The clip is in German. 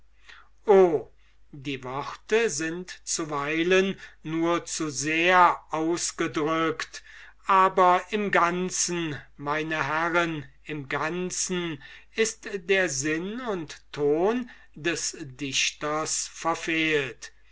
die worte sind zuweilen nur zu sehr ausgedrückt aber im ganzen meine herren im ganzen ist der ton des dichters verfehlt